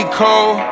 cold